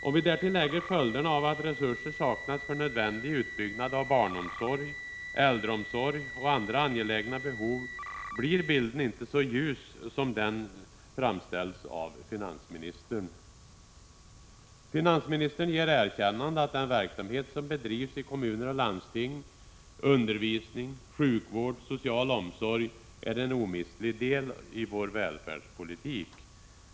Om vi därtill lägger följderna av att resurser saknas för nödvändig utbyggnad av barnomsorg, äldreomsorg och andra angelägna behov blir bilden inte så ljus som den framställs av finansministern. Finansministern ger erkännandet att den verksamhet som bedrivs i kommuner och landsting — undervisning, sjukvård, social omsorg — är en omistlig del i vår välfärdspolitik.